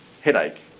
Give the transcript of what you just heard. headache